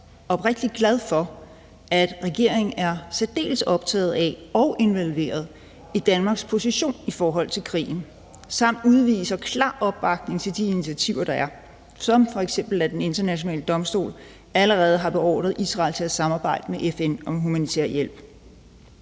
oprigtig glad for, at regeringen er særdeles optaget af og involveret i Danmarks position i forhold til krigen samt udviser klar opbakning til de initiativer, der er blevet taget, som f.eks. at Den Internationale Domstol allerede har beordret Israel til at samarbejde med FN om humanitær hjælp.